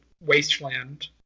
wasteland